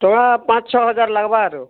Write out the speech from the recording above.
ଟଙ୍ଗା ପାଁଚ ଛଅ ହଜାର ଲାଗବା ଆରୁ